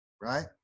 right